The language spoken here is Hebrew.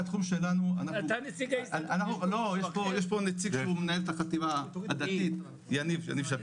יש פה נציג שהוא מנהל את החטיבה הדתית, יניב.